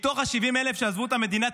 מתוך ה-70,000 שעזבו את המדינה,